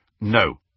No